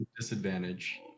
Disadvantage